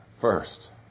First